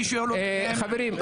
חברים,